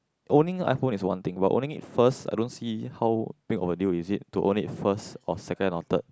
owning iPhone is one thing but owning it first I don't see how big of the deal is it to owning it first second or third